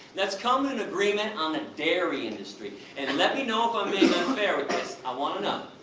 let's come to an agreement on the dairy industry. and and let me know if i'm being unfair with this, i want to know.